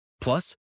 Plus